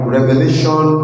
Revelation